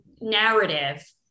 narrative